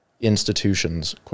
institutions